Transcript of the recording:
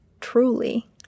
truly